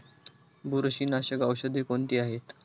बुरशीनाशक औषधे कोणती आहेत?